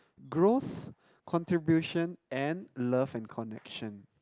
growth contribution and love and connection